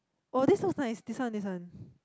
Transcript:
oh that's not nice this one this one